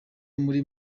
muri